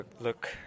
look